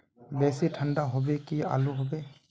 बेसी ठंडा होबे की आलू होबे